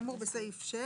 כאמור בסעיף 6,